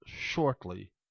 shortly